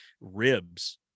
ribs